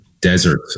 desert